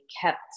kept